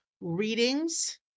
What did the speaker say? readings